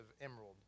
emerald